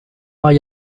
hay